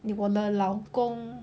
你我的老公